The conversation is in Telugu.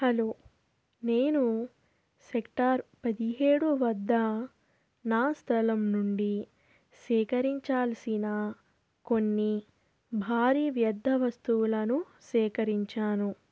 హలో నేను సెక్టార్ పదిహేడు వద్ద నా స్థలం నుండి సేకరించాల్సిన కొన్ని భారీ వ్యర్థ వస్తువులను సేకరించాను